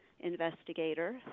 investigator